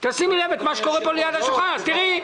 שימו לב אל מה שקורה פה ליד השולחן, תראו.